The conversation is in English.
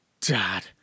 Dad